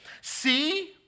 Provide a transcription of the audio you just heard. See